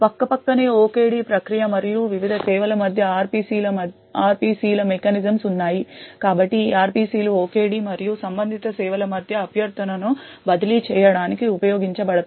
పక్కపక్కనే OKD ప్రక్రియ మరియు వివిధ సేవల మధ్య RPC ల మెకానిజమ్స్ ఉన్నాయి కాబట్టి ఈ RPC లు OKD మరియు సంబంధిత సేవల మధ్య అభ్యర్థనను బదిలీ చేయడానికి ఉపయోగించబడతాయి